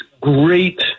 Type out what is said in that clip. great